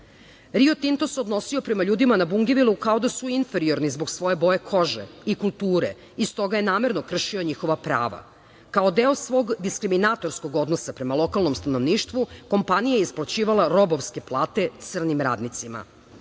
Tinto se odnosio prema ljudima na Bungevilu kao da su inferiorni zbog svoje boje kože i kulture i stoga je namerno kršio njihova prava. Kao deo svog diskriminatorskog odnosa prema lokalnom stanovništvu kompanija je isplaćivala robovske plate crnim radnicima.